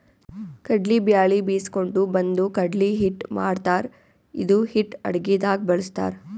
ಕಡ್ಲಿ ಬ್ಯಾಳಿ ಬೀಸ್ಕೊಂಡು ಬಂದು ಕಡ್ಲಿ ಹಿಟ್ಟ್ ಮಾಡ್ತಾರ್ ಇದು ಹಿಟ್ಟ್ ಅಡಗಿದಾಗ್ ಬಳಸ್ತಾರ್